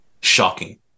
shocking